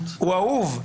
אהוב.